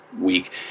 week